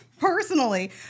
personally